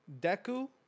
Deku